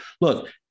look